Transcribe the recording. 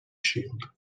shield